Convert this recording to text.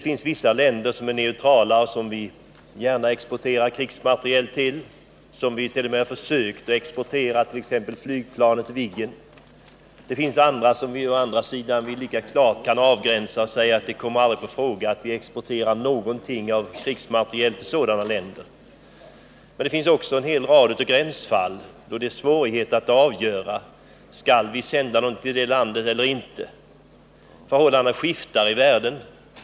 Vissa neutrala länder exporterar vi gärna krigsmateriel till. Vi hart.o.m. själva tagit initiativ till att försöka exportera flygplanet Viggen. Till vissa andra länder skulle vi aldrig kunna tänka oss att exportera krigsmateriel. Men det finns också gränsfall, dvs. länder vilka det är svårt att avgöra om vi bör exportera krigsmateriel till eller ej. Förhållandena i världen skiftar.